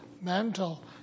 mental